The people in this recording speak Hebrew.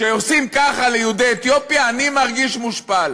כשעושים ככה ליהודי אתיופיה אני מרגיש מושפל.